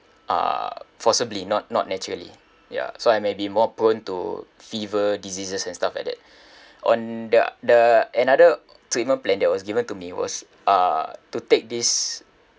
uh forcibly not not naturally ya so I may be more prone to fever diseases and stuff like that on the the another treatment plan that was given to me was uh to take this